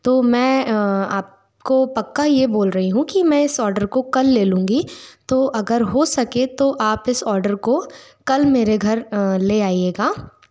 तो मैं आपको पक्का ये बोल रही हूँ कि मैं इस ऑर्डर को कल ले लूँगी तो अगर हो सके तो आप इस ऑर्डर को कल मेरे घर ले आइएगा